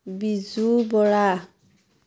Biju Bora